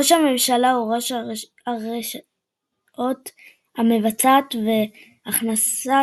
ראש הממשלה הוא ראש הרשות המבצעת והכנסת